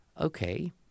okay